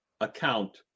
account